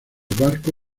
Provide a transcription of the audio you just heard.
barco